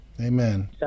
Amen